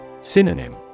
Synonym